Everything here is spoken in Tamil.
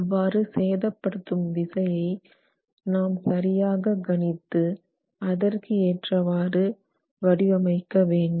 அவ்வாறு சேதப்படுத்தும் விசையை நாம் சரியாக கணித்து அதற்கு ஏற்றவாறு வடிவமைக்கப்பட வேண்டும்